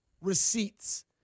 receipts